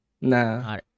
Nah